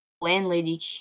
landlady